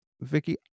Vicky